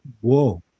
Whoa